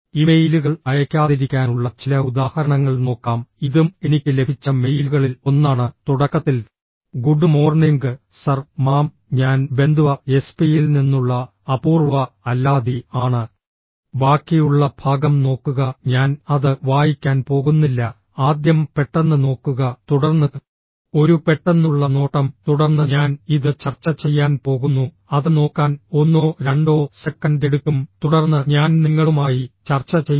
ഇമെയിലുകൾ അയയ്ക്കാതിരിക്കാനുള്ള ചില ഉദാഹരണങ്ങൾ നോക്കാം ഇതും എനിക്ക് ലഭിച്ച മെയിലുകളിൽ ഒന്നാണ് തുടക്കത്തിൽ ഗുഡ് മോർണിംഗ് സർ മാം ഞാൻ ബന്ദ്വ എസ്പിയിൽ നിന്നുള്ള അപൂർവ അല്ലാദി ആണ് ബാക്കിയുള്ള ഭാഗം നോക്കുക ഞാൻ അത് വായിക്കാൻ പോകുന്നില്ല ആദ്യം പെട്ടെന്ന് നോക്കുക തുടർന്ന് ഒരു പെട്ടെന്നുള്ള നോട്ടം തുടർന്ന് ഞാൻ ഇത് ചർച്ച ചെയ്യാൻ പോകുന്നു അത് നോക്കാൻ ഒന്നോ രണ്ടോ സെക്കൻഡ് എടുക്കും തുടർന്ന് ഞാൻ നിങ്ങളുമായി ചർച്ച ചെയ്യും